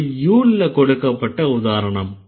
இது யூல்ல கொடுக்கப்பட்ட உதாரணம்